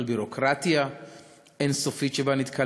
על ביורוקרטיה אין-סופית שבה נתקל